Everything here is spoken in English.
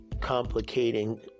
complicating